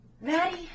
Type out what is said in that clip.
Maddie